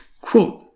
Quote